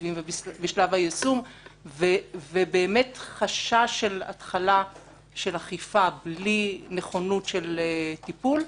התקציבים ובשלב היישום וחשש של התחלה של אכיפה בלי נכונות של טיפול,